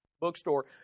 bookstore